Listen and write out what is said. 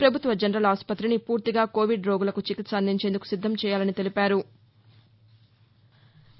ప్రభుత్వ జనరల్ ఆసుపతిని పూర్తిగా కోవిడ్ రోగులకు చికిత్స అందించేందుకు సిద్దం చేయాలని తెలిపారు